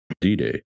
D-Day